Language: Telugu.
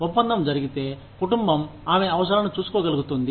ఒప్పందం జరిగితే కుటుంబం ఆమె అవసరాలను చూసుకోగలుగుతుంది